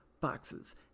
boxes